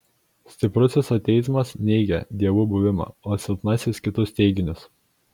stiprusis ateizmas neigia dievų buvimą o silpnasis kitus teiginius